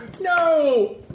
No